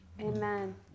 Amen